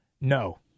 No